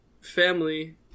family